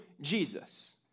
Jesus